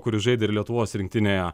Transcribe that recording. kuris žaidė ir lietuvos rinktinėje